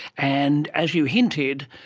and, as you hinted,